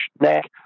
neck